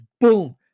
boom